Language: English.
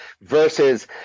versus